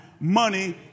money